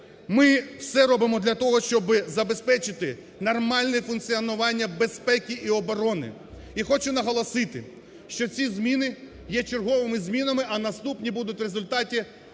Ми все робимо для того, щоб забезпечити нормальне функціонування безпеки і оборони, і хочу наголосити, що ці зміни є черговими змінами, а наступні будуть в результаті